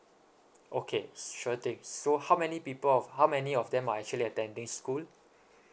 okay sure thing so how many people of how many of them are actually attending school